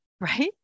right